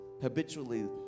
habitually